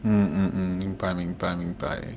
mm mm mm 明白明白明白